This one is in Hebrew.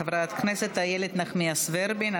חברת הכנסת איילת נחמיאס ורבין,